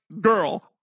girl